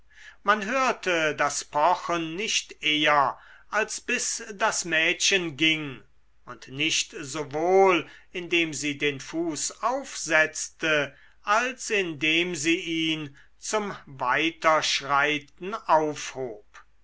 man hörte das pochen nicht eher als bis das mädchen ging und nicht sowohl indem sie den fuß aufsetzte als indem sie ihn zum weiterschreiten aufhob